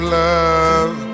love